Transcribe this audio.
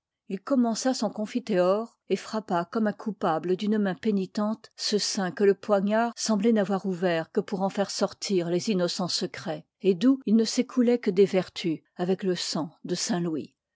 il commença son confiteor et frappa comme un coupable d'une main pénitente ce sein que le poignard sembloit n'avoir ouvert que pour en faire sortir les innocens secrets et d'où il ne s'ëcouloit que des vertus avec le sang de